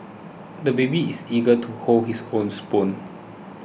the baby is eager to hold his own spoon